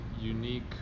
unique